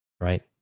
Right